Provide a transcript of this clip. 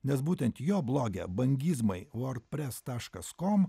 nes būtent jo bloge bangizmai vordpres taškas kom